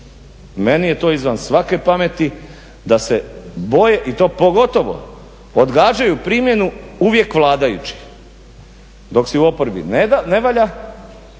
Meni je to izvan svake pameti da se boje i to pogotovo odgađaju primjenu uvijek vladajući. Dok si u oporbi ne valja,